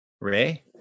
Ray